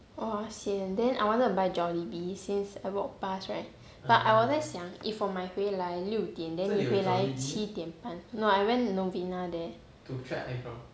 !wah! sian then I wanted to buy jollibee since I walk past right but I 我在想 if 我买回来六点 then 你回来七点半 no I went novena there